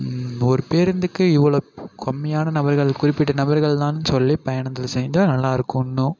ஒரு பேருந்துக்கு இவ்வளோ கம்மியான நபர்கள் குறிப்பிட்ட நபர்கள்தான் சொல்லி பயணத்தில் சேர்ந்தா நல்லாயிருக்கும் இன்னும்